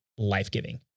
Life-giving